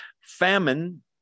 famine